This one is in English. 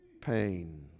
pain